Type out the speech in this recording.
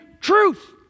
truth